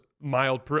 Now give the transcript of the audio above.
mild